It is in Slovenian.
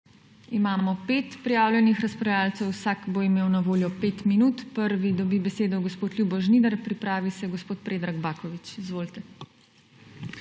Imamo pet prijavljenih razpravljavcev. Vsak bo imel na voljo 5 minut. Prvi dobi besedo gospod Ljubo Žnidar. Pripravi se gospod Predrag Baković. Izvolite.